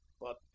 but